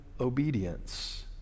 obedience